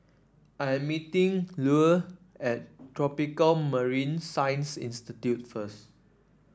I am meeting Lue at Tropical Marine Science Institute first